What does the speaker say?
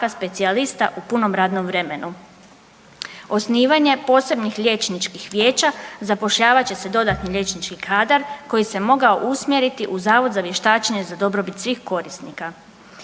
specijalista u punom radnom vremenu. Osnivanje posebnih liječničkih vijeća zapošljavat će se dodatni liječnički kadar koji se mogao usmjeriti u Zavod za vještačenje za dobrobit svih korisnika.